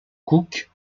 cook